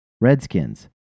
Redskins